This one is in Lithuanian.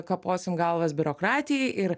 kaposim galvas biurokratijai ir